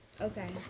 Okay